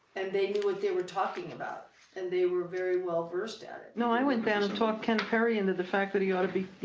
and they knew what they were talking about and they were very well-versed at it. no, i went down and talked ken perry into the fact that he ought to be,